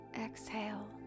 exhale